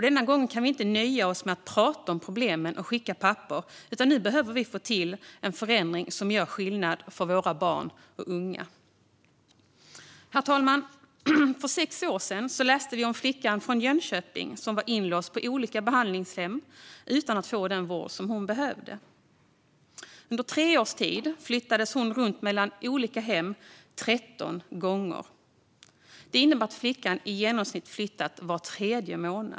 Denna gång kan vi inte nöja oss med att prata om problemen och skicka papper, utan nu behöver vi få till en förändring som gör skillnad för våra barn och unga. Herr talman! För sex år sedan läste vi om flickan från Jönköping som varit inlåst på olika behandlingshem utan att få den vård hon behövde. Under tre års tid flyttades hon runt mellan olika hem 13 gånger. Det innebär att flickan i genomsnitt flyttade var tredje månad.